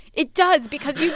it does because